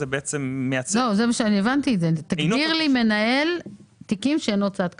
תגדיר מנהל תיקים שאינו צד קשור.